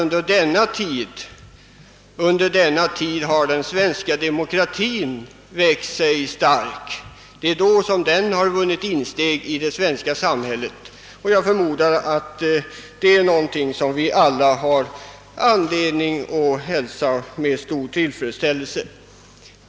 Under denna period har den svenska demokratin växt sig stark och vunnit insteg i det svenska samhället, och jag förmoder att det är någonting som vi alla hälsar med stor tillfredsställelse.